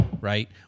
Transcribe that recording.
right